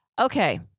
Okay